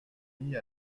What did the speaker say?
mis